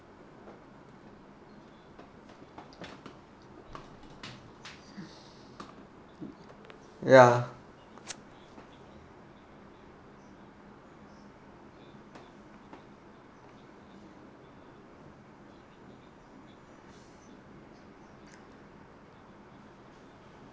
ya